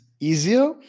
easier